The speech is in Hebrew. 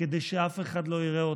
כדי שאף אחד לא יראה אותן.